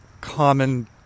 common